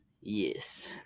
yes